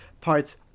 parts